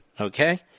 okay